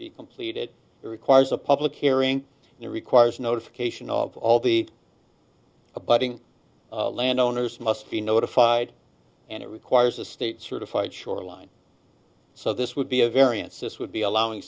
be completed that requires a public hearing and requires notification of all the abutting landowners must be notified and it requires a state certified shoreline so this would be a variance this would be allowing